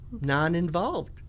non-involved